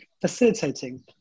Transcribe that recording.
facilitating